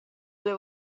due